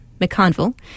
mcconville